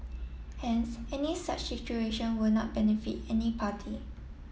hence any such situation will not benefit any party